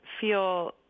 feel